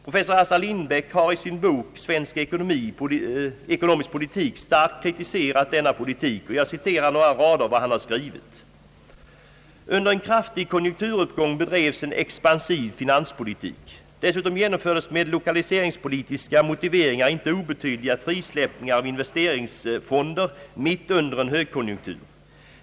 Professor Assar Lindbeck har i sin bok Svensk ekonomisk politik starkt kritiserat denna politik, och jag citerar några rader av vad han har skrivit: »Under en kraftig konjunkturuppgång bedrevs en expansiv finanspolitik. Dessutom genomfördes med lokaliseringspolitiska motiveringar inte obetydliga frisläppningar av investeringsfonder mitt under en högkonjunktur.